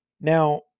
now